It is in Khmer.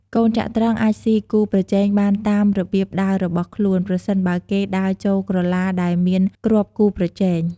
កូនចត្រង្គអាចស៊ីគូប្រជែងបានតាមរបៀបដើររបស់ខ្លួន ប្រសិនបើគេដើរចូលក្រឡាដែលមានគ្រាប់គូប្រជែង។